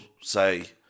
say